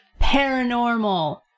paranormal